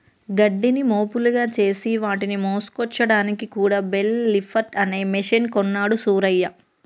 గడ్డిని మోపులుగా చేసి వాటిని మోసుకొచ్చాడానికి కూడా బెల్ లిఫ్టర్ అనే మెషిన్ కొన్నాడు సూరయ్య